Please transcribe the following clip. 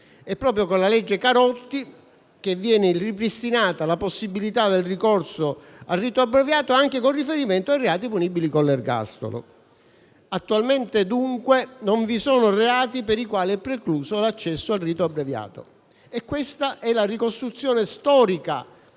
Proprio con la citata legge viene ripristinata la possibilità del ricorso al rito abbreviato anche con riferimento a reati punibili con l'ergastolo. Attualmente, dunque, non vi sono reati per i quali è precluso l'accesso al rito abbreviato. Questa è la ricostruzione storica